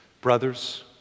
brothers